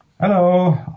hello